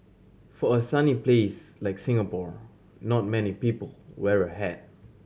for a sunny place like Singapore not many people wear a hat